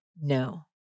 No